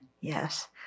yes